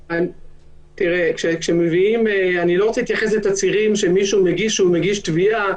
רוצה להתייחס לתצהירים שמישהו מגיש כשהוא מגיש תביעה